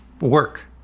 work